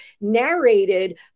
narrated